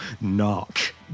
knock